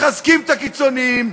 מחזקים את הקיצונים,